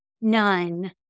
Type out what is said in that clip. none